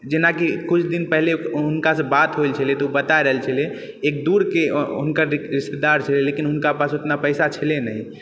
जेनाकि कुछ दिन पहले हुनकासँ बात भेल छलय तऽ ओ बताय रहल छलय हुनकर एक दूरके एक रिश्तेदार छै हुनका पास ओतना पैसा छलय नहि